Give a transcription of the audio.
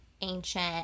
ancient